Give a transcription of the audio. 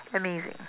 amazing